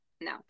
No